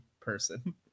Person